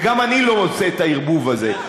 וגם אני לא עושה את הערבוב הזה.